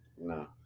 No